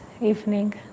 evening